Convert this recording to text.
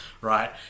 right